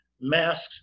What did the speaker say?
Masks